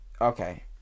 Okay